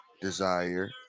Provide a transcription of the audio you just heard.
desire